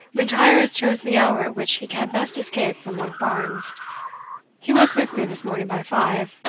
m'intyre has chosen the hour at which he can best escape from monkbarns he was with me this morning by five,